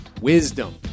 wisdom